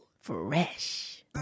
fresh